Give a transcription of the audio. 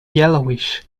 yellowish